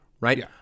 right